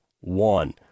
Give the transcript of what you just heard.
one